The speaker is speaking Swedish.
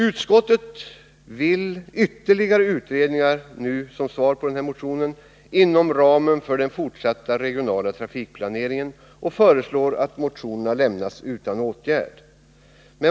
Utskottet vill ha ytterligare utredningar inom ramen för den fortsatta regionala trafikplaneringen och föreslår att motionerna lämnas utan åtgärd.